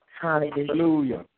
Hallelujah